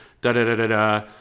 Da-da-da-da-da